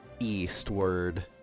eastward